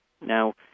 Now